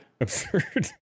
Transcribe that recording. Absurd